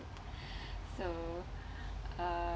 so uh